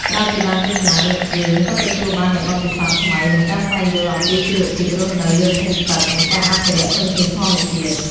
ក្រោយពីបានទស្សនារួចយើងក៏ទទួលបាននៅបទពិសោធន៍ថ្មីនិងការស្វែងយល់អំពីជីវភាពរស់នៅលើភូមិទឹក និងការអភិរក្សធនធានធម្មជាតិ។